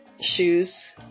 shoes